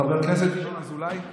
חבר הכנסת אזולאי?